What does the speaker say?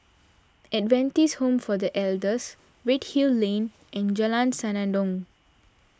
Adventist Home for the Elders Redhill Lane and Jalan Senandong